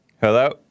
Hello